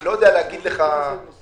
אני לא יודע להגיד לך בעולם הארנונה.